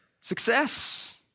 success